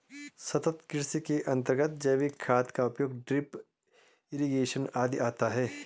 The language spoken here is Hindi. सतत् कृषि के अंतर्गत जैविक खाद का उपयोग, ड्रिप इरिगेशन आदि आता है